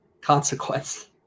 consequence